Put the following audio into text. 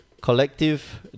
collective